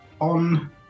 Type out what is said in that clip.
On